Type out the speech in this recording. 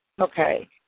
Okay